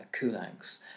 Kulaks